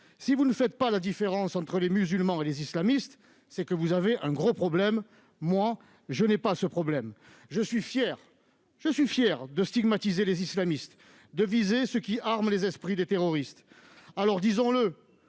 Si vous ne faites pas la différence entre les musulmans et les islamistes, c'est que vous avez un gros problème. Moi, je n'ai pas ce problème ! Je suis fier de stigmatiser les islamistes, de viser ceux qui arment les esprits des terroristes. Alors, disons-le :